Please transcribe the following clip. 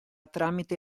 tramite